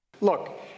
look